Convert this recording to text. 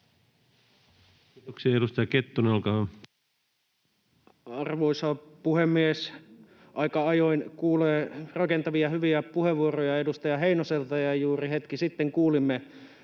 laeiksi Time: 15:32 Content: Arvoisa puhemies! Aika ajoin kuulee rakentavia ja hyviä puheenvuoroja edustaja Heinoselta, ja juuri hetki sitten kuulimme